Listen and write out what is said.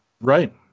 right